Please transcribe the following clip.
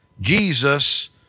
Jesus